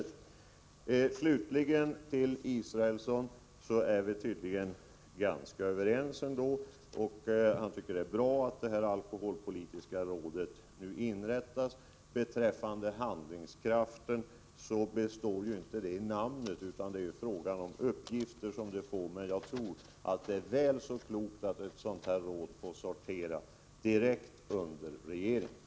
Låt mig slutligen säga att Per Israelsson och jag tydligen är ganska överens. Han tycker att det är bra att ett alkoholpolitiskt råd nu inrättas. Handlingskraften har inget med namnet att göra, utan den hänger samman med de uppgifter som rådet får. Jag tror att det är klokt att ett sådant råd får sortera direkt under regeringen.